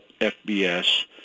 FBS